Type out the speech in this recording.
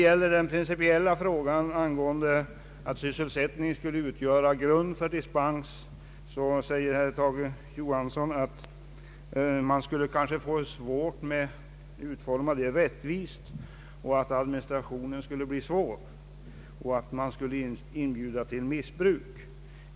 Beträffande den principiella frågan om att brist på sysselsättning skulle utgöra grund för dispens sade herr Johansson att det kanske skulle bli svårt att utforma ett sådant system rättvist, att administrationen skulle bli svår och att bestämmelsen skulle inbjuda till missbruk.